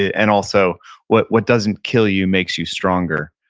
and also what what doesn't kill you makes you stronger.